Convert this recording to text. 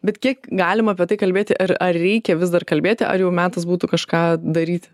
bet kiek galima apie tai kalbėti ir ar reikia vis dar kalbėti ar jau metas būtų kažką daryti